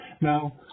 Now